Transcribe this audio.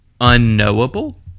unknowable